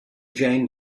jane